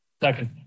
Second